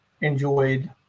enjoyed